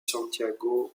santiago